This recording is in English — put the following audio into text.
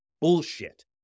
bullshit